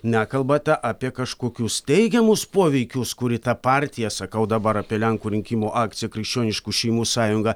nekalbate apie kažkokius teigiamus poveikius kuri tą partiją sakau dabar apie lenkų rinkimų akciją krikščioniškų šeimų sąjungą